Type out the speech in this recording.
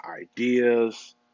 ideas